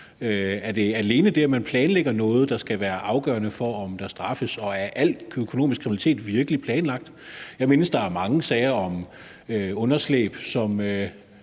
Er det alene det, at man planlægger noget, der skal være afgørende for, om der straffes, og er al økonomisk kriminalitet virkelig planlagt? Jeg mindes, der er mange sager om underslæb, som